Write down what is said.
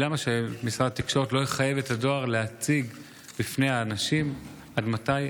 למה שמשרד התקשורת לא יחייב את הדואר להציג בפני האנשים עד מתי